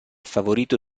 favorito